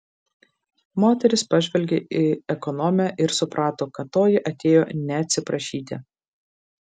moteris pažvelgė į ekonomę ir suprato kad toji atėjo ne atsiprašyti